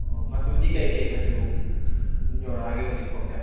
ꯑꯣ ꯃꯆꯨꯗꯤ ꯀꯔꯤ ꯀꯔꯤ ꯃꯆꯨ ꯌꯧꯔꯛꯑꯒꯦ ꯍꯧꯖꯤꯛ ꯐꯥꯎꯗ